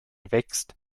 wächst